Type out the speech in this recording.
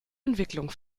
entwicklung